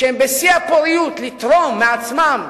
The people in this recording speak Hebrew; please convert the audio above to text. כשהם בשיא הפוריות לתרום מעצמם,